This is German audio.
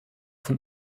von